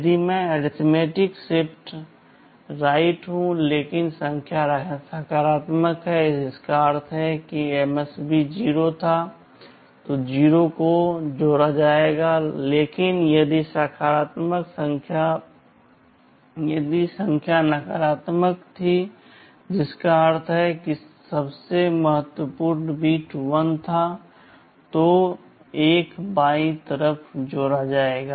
यदि मैं arithmetic shift right हूं लेकिन संख्या सकारात्मक है जिसका अर्थ है कि MSB 0 था तो 0 को जोड़ा जाएगा लेकिन यदि संख्या नकारात्मक थी जिसका अर्थ है कि सबसे महत्वपूर्ण बिट 1 था तो 1 बाईं तरफ जोड़ा जाएगा